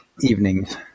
evenings